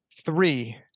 three